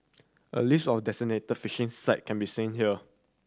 a list of designated fishing site can be seen here